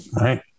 Right